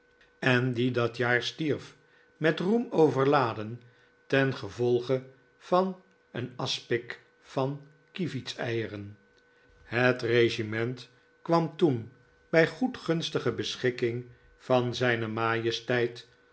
en die dat jaar stierf met roem overladen tengevolge van een aspic van kievitseieren het regiment kwam toen bij goedgunstige beschikking van zijne majesteit